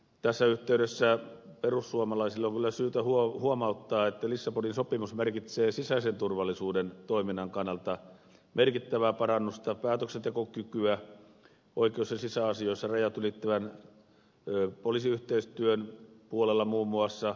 tässä yhteydessä perussuomalaisille on kyllä syytä huomauttaa että lissabonin sopimus merkitsee sisäisen turvallisuuden toiminnan kannalta merkittävää parannusta päätöksentekokykyä oikeus ja sisäasioissa rajat ylittävän poliisiyhteistyön puolella muun muassa